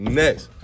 next